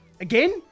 Again